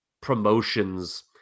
promotions